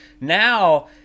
now